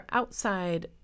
outside